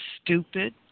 stupid